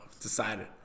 Decided